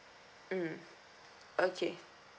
mm okay